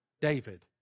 David